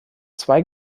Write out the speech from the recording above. zwei